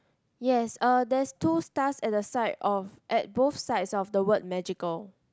yes uh there's two stars at the side of at both sides of the word magical